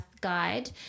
guide